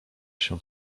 się